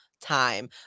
time